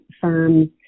firms